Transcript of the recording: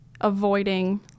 avoiding